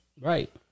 right